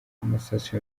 amasasu